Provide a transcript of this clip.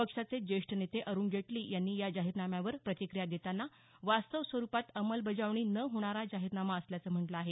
पक्षाचे जेष्ठ नेते अरूण जेटली यांनी या जाहीरनाम्यावर प्रतिक्रिया देतांना वास्तव स्वरूपात अंमलबजावणी न होणारा जाहीरनामा असल्याचं म्हटल आहे